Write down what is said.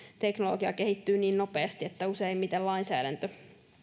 teknologia kehittyy niin nopeasti että useimmiten lainsäädäntö